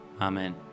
Amen